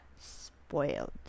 Spoiled